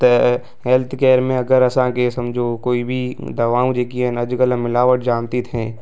त health care में अगरि असांखे समुझो कोई भी दवाऊं जेकी आहिनि अॼुकल्ह मिलावट जाम थी थिए